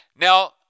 Now